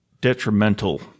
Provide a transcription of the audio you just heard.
detrimental